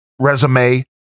resume